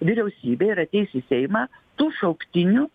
vyriausybė ir ateis į seimą tų šauktinių